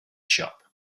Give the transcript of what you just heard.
shop